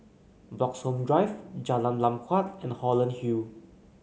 Bloxhome Drive Jalan Lam Huat and Holland Hill